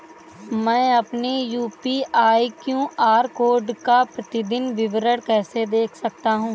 मैं अपनी UPI QR code का प्रतीदीन विवरण कैसे देख सकता हूँ?